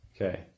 Okay